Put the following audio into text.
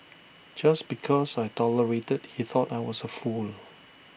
just because I tolerated he thought I was A fool